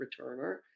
returner